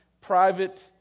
private